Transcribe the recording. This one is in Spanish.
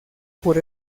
por